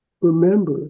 remember